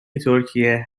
ترکیه